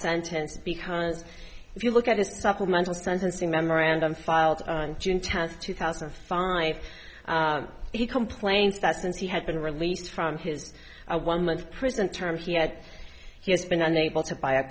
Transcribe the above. sentence because if you look at the supplemental sentencing memorandum filed on june tenth two thousand and five he complains that since he had been released from his one month prison term he had he has been unable to buy a